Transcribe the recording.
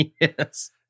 Yes